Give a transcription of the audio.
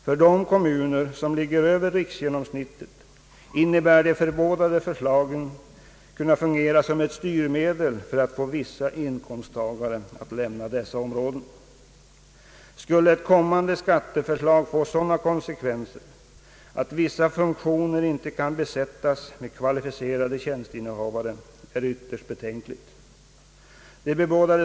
För de kommuner, som ligger över riksgenomsnittet kan de bebådade förslagen fungera såsom styrmedel så att vissa inkomsttagare lämnar dessa områden. Skulle ett kommande skatteförslag få sådana konsekvenser att vissa viktiga funktioner inte kan besättas med kvalificerade tjänsteinnehavare, är det ytterst betänkligt.